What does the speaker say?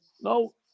no